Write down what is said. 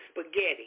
spaghetti